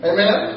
Amen